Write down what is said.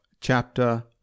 chapter